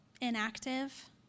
inactive